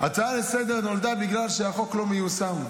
ההצעה לסדר נולדה בגלל שהחוק לא מיושם.